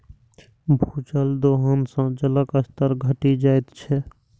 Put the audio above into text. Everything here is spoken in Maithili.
भूजल दोहन सं जलक स्तर घटि जाइत छै